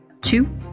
Two